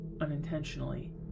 unintentionally